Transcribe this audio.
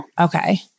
Okay